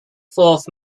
fourth